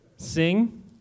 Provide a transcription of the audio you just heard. Sing